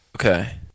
Okay